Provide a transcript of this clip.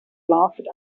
lasted